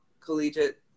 collegiate